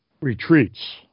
retreats